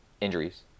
injuries